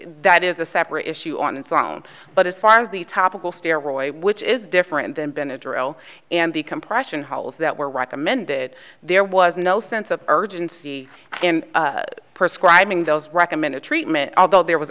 that is a separate issue on its own but as far as the topical steroids which is different than benadryl and the compression holes that were recommended there was no sense of urgency and prescribe ing those recommended treatment although there was